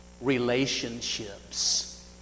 Relationships